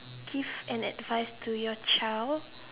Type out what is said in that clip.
give an advice to your child